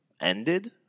ended